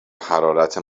حرارت